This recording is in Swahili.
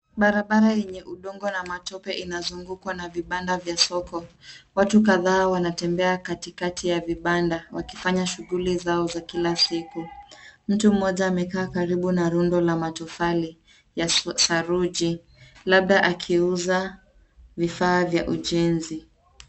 Barabara yenye udongo na matope inazugukwa na vibanda vya soko. Watu kadhaa wanatembea katikati ya vibanda wakifanya shughuli zao za kila siku. Mtu mmoja amekaa karibu na rundo la matofali ya saruji.